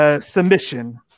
submission